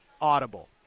Audible